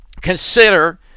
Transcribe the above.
consider